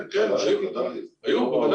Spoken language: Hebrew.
כן, כן, היו סעיפים שלא קיבלו.